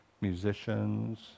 musicians